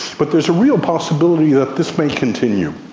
but there is a real possibility that this may continue,